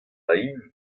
hini